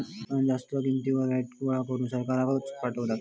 उत्पादक जास्त किंमतीवर व्हॅट गोळा करून सरकाराक पाठवता